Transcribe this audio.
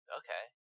okay